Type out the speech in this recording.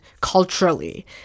culturally